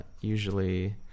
usually